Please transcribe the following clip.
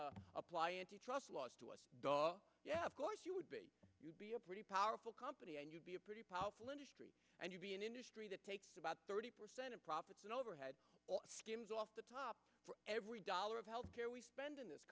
regulator apply antitrust laws to a daw yeah of course you would be a pretty powerful company and you'd be a pretty powerful industry and you'd be an industry that takes about thirty percent of profits and overhead or skimmed off the top for every dollar of health care we spend in this